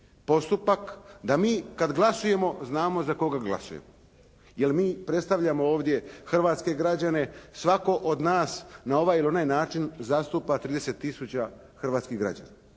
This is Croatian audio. postupak da mi kad glasujemo znamo za koga glasujemo. Jer mi predstavljamo ovdje hrvatske građane. Svako od nas na ovaj ili onaj način zastupa 30 tisuća hrvatskih građana.